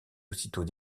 aussitôt